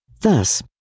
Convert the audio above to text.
Thus